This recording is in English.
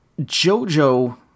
Jojo